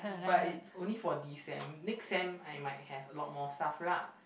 but it's only for this sem next sem I might have a lot of more stuff lah